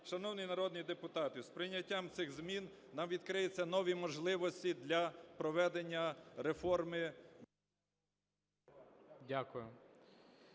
Шановні народні депутати, з прийняттям цих змін нам відкриються нові можливості для проведення реформи…